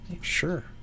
Sure